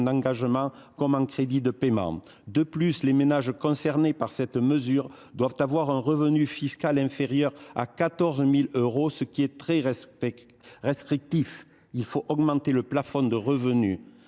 d’engagement comme en crédits de paiement. D’autre part, les ménages, pour y être éligibles, doivent avoir un revenu fiscal inférieur à 14 000 euros, ce qui est très restrictif ; il faut augmenter le plafond de revenus.